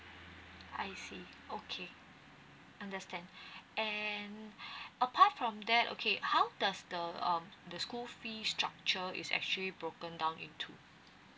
I see okay understand and apart from that okay how does the um the school fee's structure is actually broken down into